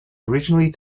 originally